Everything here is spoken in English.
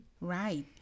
Right